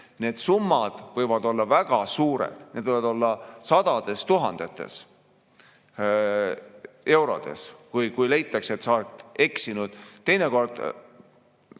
Need summad võivad olla väga suured, need võivad olla sadades tuhandetes eurodes, kui leitakse, et sa oled eksinud, teinekord